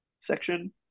section